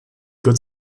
good